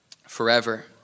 forever